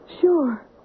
Sure